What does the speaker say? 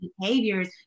behaviors